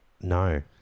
No